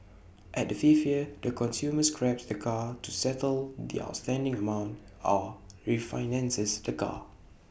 at the fifth year the consumer scraps the car to settle the outstanding amount or refinances the car